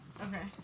Okay